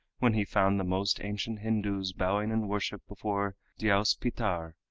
when he found the most ancient hindoos bowing in worship before dyaus pitar,